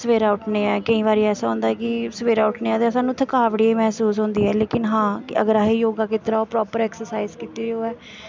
सवैरे उट्ठने ऐं केईं बारी ऐसा होंदा ऐ कि सवैरे उट्ठने आं ते सानूं थकावट जेही मैह्सूस होंदी ऐ ते हां अगर असें योगा कीते दा होऐ प्रापर ऐक्सर्साइज़ कीती दी होऐ